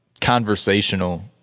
conversational